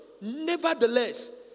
Nevertheless